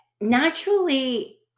naturally